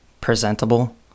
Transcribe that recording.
presentable